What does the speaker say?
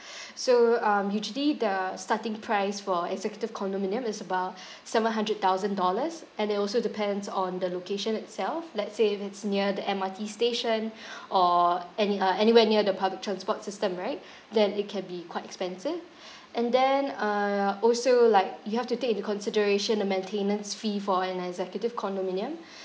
so um usually the starting price for executive condominium is about seven hundred thousand dollars and it also depends on the location itself let's say if it's near the M_R_T station or any~ uh anywhere near the public transport system right then it can be quite expensive and then uh also like you have to take into consideration the maintenance fee for an executive condominium